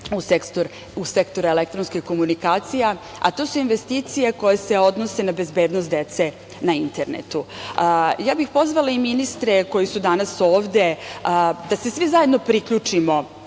u sektor elektronskih komunikacija, a to su investicije koje se odnose na bezbednost dece na internetu. Ja bih pozvala i ministre koji su danas ovde da se svi zajedno priključimo